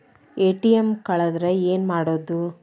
ATM ಕಳದ್ರ ಏನು ಮಾಡೋದು?